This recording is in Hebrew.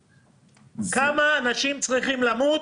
כמה אנשים צריכים למות